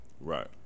right